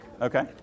Okay